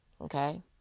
Okay